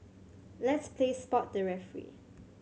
let's play spot the referee